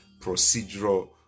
procedural